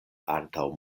antaŭ